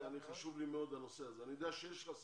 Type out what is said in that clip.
חשוב לי מאוד הנושא הזה, אני יודע שיש לך סמכויות,